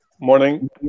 morning